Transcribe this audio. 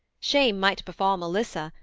shame might befall melissa,